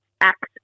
act